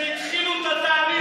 שהתחילו את התהליך,